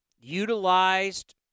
utilized